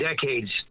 decades